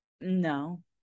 No